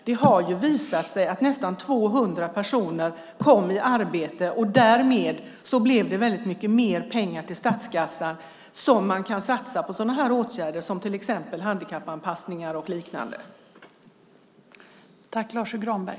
Det har visat sig att nästan 200 000 personer kom i arbete, och därmed blev det väldigt mycket mer pengar till statskassan, som man kan satsa på sådana åtgärder som handikappanpassning.